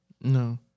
no